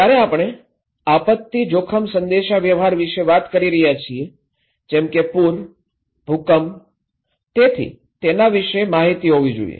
જ્યારે આપણે આપત્તિ જોખમ સંદેશાવ્યવહાર વિશે વાત કરી રહ્યા છીએ જેમ કે પૂર ભૂકંપ તેથી તેના વિષે માહિતી હોવી જોઈએ